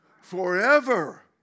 forever